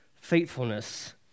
faithfulness